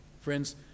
Friends